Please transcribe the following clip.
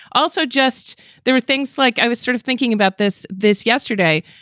also just there are things like i was sort of thinking about this this yesterday.